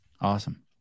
awesome